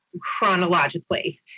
chronologically